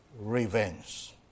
revenge